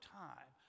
time